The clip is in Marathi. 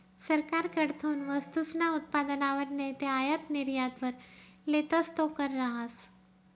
सरकारकडथून वस्तूसना उत्पादनवर नैते आयात निर्यातवर लेतस तो कर रहास